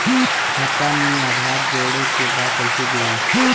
खाता में आधार जोड़े के बा कैसे जुड़ी?